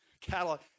catalog